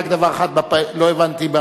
רק דבר אחד לא הבנתי,